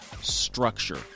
structure